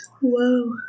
whoa